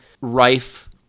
rife